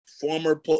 former